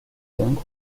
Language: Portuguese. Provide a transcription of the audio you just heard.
banco